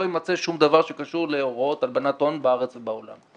ימצא שום דבר שקשור להוראות איסור הלבנת הון בארץ ובעולם.